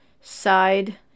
side